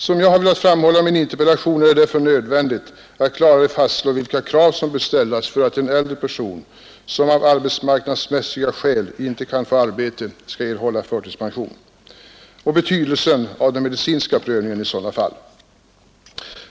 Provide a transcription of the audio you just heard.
Som jag framhållit i min interpellation är det därför nödvändigt att klarare fastslå vilka krav som bör ställas för att en äldre person, som av arbetsmarknadsmässiga skäl inte kan få arbete, skall erhålla förtidspension och betydelsen av den medicinska prövningen i sådana fall.